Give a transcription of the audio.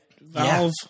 valve